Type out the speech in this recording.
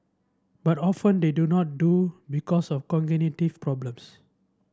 but often they do not do because of cognitive problems